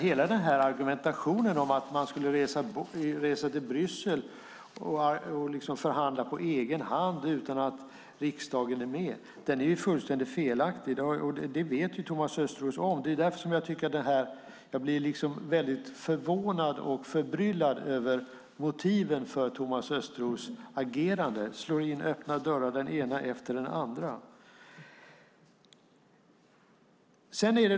Hela argumentationen om att man skulle resa till Bryssel och förhandla på egen hand utan att riksdagen är med är därför fullständigt felaktig. Det vet Thomas Östros. Därför blir jag väldigt förvånad och förbryllad över motiven för Thomas Östros agerande - att slå in öppna dörrar, den ena efter den andra.